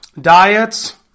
diets